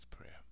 prayer